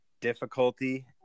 difficulty